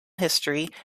history